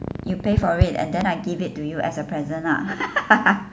you pay for it and then I give it to you as a present lah